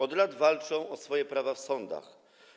Od lat walczą o swoje prawa w sądach.